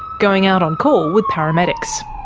going out on call with paramedics.